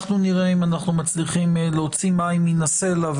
אנחנו נראה אם אנחנו מצליחים להוציא מים מן הסלע,